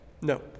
No